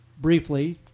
briefly